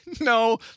No